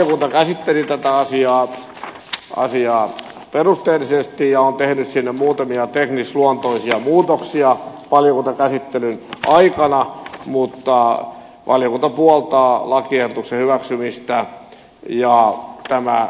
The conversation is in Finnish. valiokunta käsitteli tätä asiaa perusteellisesti ja on tehnyt sinne muutamia teknisluonteisia muutoksia valiokuntakäsittelyn aikana mutta valiokunta puoltaa lakiehdotuksen hyväksymistä ja elämää